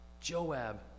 Joab